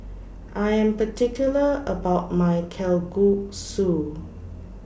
I Am particular about My Kalguksu